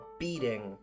beating